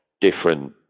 different